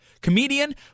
comedian